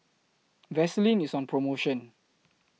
Vaselin IS on promotion